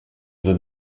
veux